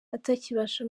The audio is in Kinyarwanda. atakibasha